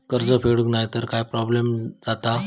कर्ज फेडूक नाय तर काय प्रोब्लेम जाता?